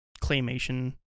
Claymation